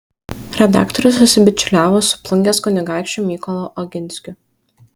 redaktorius susibičiuliavo su plungės kunigaikščiu mykolu oginskiu